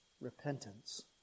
repentance